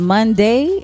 Monday